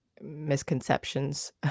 misconceptions